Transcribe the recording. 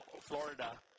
Florida